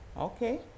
Okay